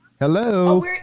Hello